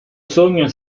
sogno